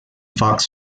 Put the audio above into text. fox